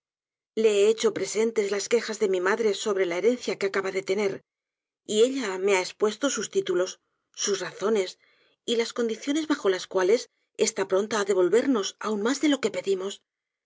le he hecho presentes las quejas de mi madre sobre la herencia que acaba de tener y ella me ha espuesto sus títulos sus r a zones y las condiciones bajo las cuales está pronta á devolvernos aun mas de lo que pedimos